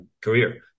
career